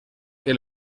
que